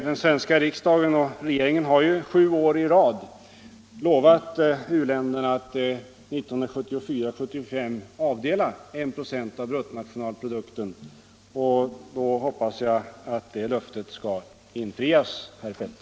Den svenska riksdagen och regeringen har ju sju år i rad lovat u-länderna att 1974/75 avdela 1 96 av bruttonationalprodukten till u-hjälp. Jag hoppas att det löftet skall infrias, herr Feldt.